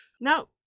No